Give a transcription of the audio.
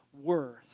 worth